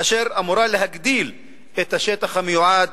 אשר אמורה להגדיל את השטח המיועד